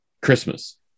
christmas